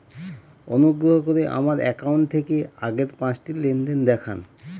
অনুগ্রহ করে আমার অ্যাকাউন্ট থেকে আগের পাঁচটি লেনদেন দেখান